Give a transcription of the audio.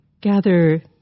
gather